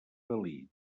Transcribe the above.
dalí